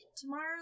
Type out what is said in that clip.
tomorrow